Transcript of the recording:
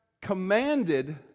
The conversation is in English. commanded